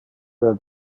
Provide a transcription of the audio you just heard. del